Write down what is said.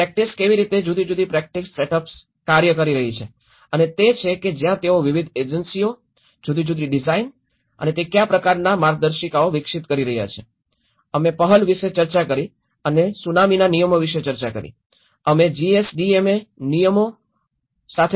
પછી પ્રેક્ટિસ કેવી રીતે જુદી જુદી પ્રેક્ટિસ સેટઅપ્સે કાર્ય કરી છે અને તે તે છે કે જ્યાં તેઓ વિવિધ યોજનાઓ જુદી જુદી ડિઝાઇન અને તે કયા પ્રકારનાં માર્ગદર્શિકાઓ વિકસિત કરે છે અમે પીએએચએએલ વિશે ચર્ચા કરી અને સુનામીના નિયમો વિશે ચર્ચા કરી અમે જીએસડીએમએ નિયમો સાથે ચર્ચા કરી